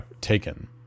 taken